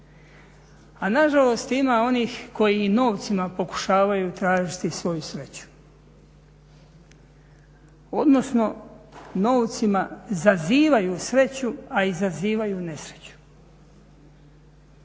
A na žalost ima onih koji i novcima pokušavaju tražiti svoju sreću, odnosno novcima zazivaju sreću, a izazivaju nesreću.